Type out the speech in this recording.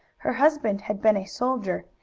her husband had been a soldier,